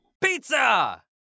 Pizza